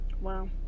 wow